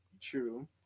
True